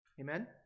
Amen